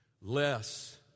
Less